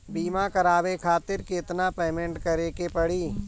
बीमा करावे खातिर केतना पेमेंट करे के पड़ी?